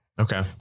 Okay